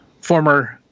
former